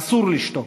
אסור לשתוק,